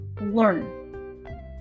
learn